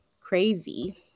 crazy